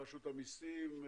רשות המסים,